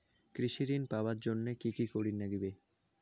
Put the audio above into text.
কৃষি ঋণ পাবার জন্যে কি কি করির নাগিবে?